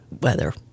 weather